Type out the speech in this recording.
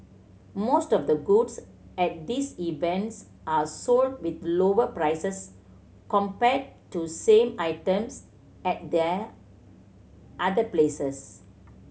most of the goods at these events are sold with lower prices compared to same items at there other places